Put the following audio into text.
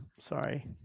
Sorry